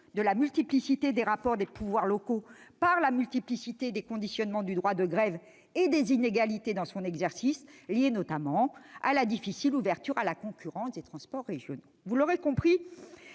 de la multiplicité des rapports des pouvoirs locaux par la multiplicité des conditionnements du droit de grève et des inégalités dans son exercice, liée notamment à la difficile ouverture à la concurrence des transports régionaux. Vous l'aurez compris,